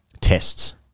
Tests